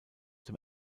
dem